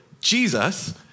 Jesus